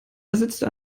ersetzte